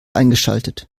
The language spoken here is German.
eingeschaltet